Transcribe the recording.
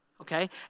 okay